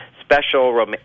special